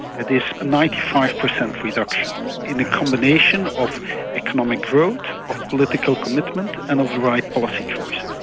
that is a ninety five percent reduction in a combination of economic growth of political commitment and of the right policy choices.